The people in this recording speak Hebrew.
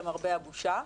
למרבה הבושה.